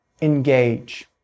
Engage